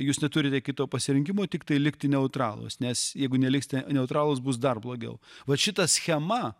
jūs neturite kito pasirinkimo tiktai likti neutralūs nes jeigu neliksite neutralūs bus dar blogiau vat šita schema